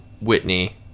Whitney